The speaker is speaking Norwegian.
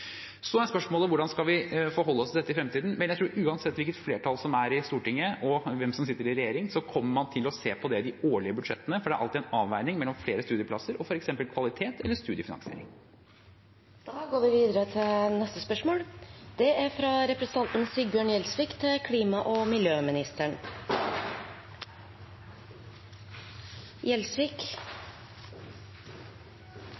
Så er spørsmålet hvordan vi skal forholde oss til dette i fremtiden. Jeg tror uansett hvilket flertall som er i Stortinget, og hvem som sitter i regjering, kommer man til å se på det i de årlige budsjettene. Det er alltid en avveining mellom flere studieplasser og f.eks. kvalitet eller studiefinansiering. «Regjeringen har i sitt svar på budsjettspørsmål fra Senterpartiet gitt melding om at det